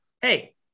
hey